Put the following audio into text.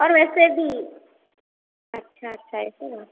और वैसे भी अच्छा अच्छा ऐसा बात